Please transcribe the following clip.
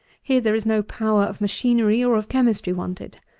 here there is no power of machinery or of chemistry wanted.